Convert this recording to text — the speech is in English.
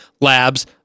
labs